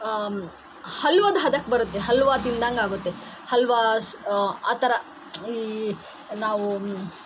ಹಲ್ವದ ಹದಕ್ಕೆ ಬರುತ್ತೆ ಹಲ್ವ ತಿಂದಂತೆ ಆಗುತ್ತೆ ಹಲ್ವಾಸ್ ಆ ಥರ ಈ ನಾವು